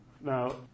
Now